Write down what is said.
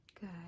good